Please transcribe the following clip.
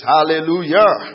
Hallelujah